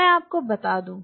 मैं आपको बता दूँ